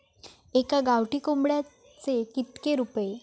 एका गावठी कोंबड्याचे कितके रुपये?